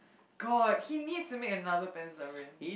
god he needs to make another Pan's Labyrinth